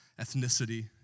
ethnicity